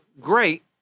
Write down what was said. great